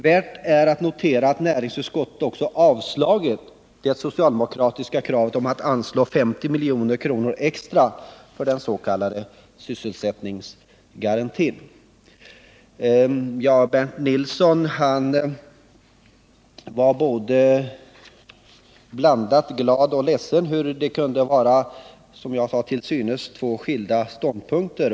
Värt att notera är att näringsutskottet också har avstyrkt det socialdemokratiska kravet på att 50 milj.kr. extra skall anslås för den s.k. sysselsättningsgarantin. Bernt Nilsson var både glad och ledsen över att folkpartisterna kunde som jag påpekade — ha två till synes skilda ståndpunkter.